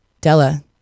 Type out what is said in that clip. Della